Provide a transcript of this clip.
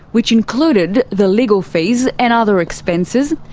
which included the legal fees and other expenses,